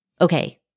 okay